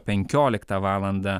penkioliktą valandą